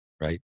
right